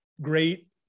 great